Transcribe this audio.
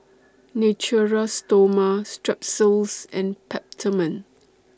Natura Stoma Strepsils and Peptamen